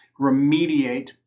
remediate